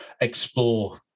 explore